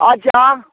अच्छा